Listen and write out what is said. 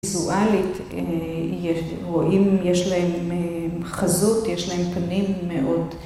ויזואלית אה..יש.. רואים, אם יש להם חזות, יש להם פנים מאוד